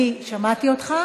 אני שמעתי אותך.